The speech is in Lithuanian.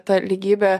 ta lygybė